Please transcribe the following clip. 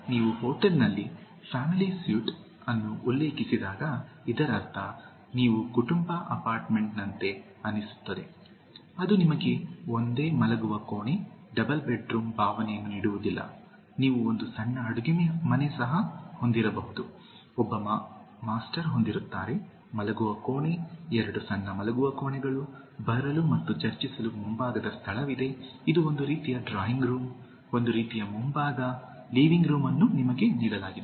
ಆದ್ದರಿಂದ ನೀವು ಹೋಟೆಲ್ನಲ್ಲಿ ಫ್ಯಾಮಿಲಿ ಸ್ವೀಟ್ ಅನ್ನು ಉಲ್ಲೇಖಿಸಿದಾಗ ಇದರರ್ಥ ನೀವು ಕುಟುಂಬ ಅಪಾರ್ಟ್ಮೆಂಟ್ನಂತೆ ಅನಿಸುತ್ತದೆ ಅದು ನಿಮಗೆ ಒಂದೇ ಮಲಗುವ ಕೋಣೆ ಡಬಲ್ ಬೆಡ್ರೂಮ್ನ ಭಾವನೆಯನ್ನು ನೀಡುವುದಿಲ್ಲ ನೀವು ಒಂದು ಸಣ್ಣ ಅಡುಗೆಮನೆ ಸಹ ಹೊಂದಿರಬಹುದು ಒಬ್ಬ ಮಾಸ್ಟರ್ ಹೊಂದಿರುತ್ತಾರೆ ಮಲಗುವ ಕೋಣೆ ಎರಡು ಸಣ್ಣ ಮಲಗುವ ಕೋಣೆಗಳು ಬರಲು ಮತ್ತು ಚರ್ಚಿಸಲು ಮುಂಭಾಗದ ಸ್ಥಳವಿದೆ ಇದು ಒಂದು ರೀತಿಯ ಡ್ರಾಯಿಂಗ್ ರೂಮ್ ಒಂದು ರೀತಿಯ ಮುಂಭಾಗ ಲಿವಿಂಗ್ ರೂಮ್ ಅನ್ನು ನಿಮಗೆ ನೀಡಲಾಗಿದೆ